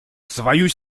свою